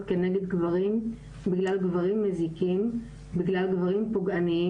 נגד גברים בגלל גברים מזיקים ופוגעניים.